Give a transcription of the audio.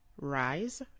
rise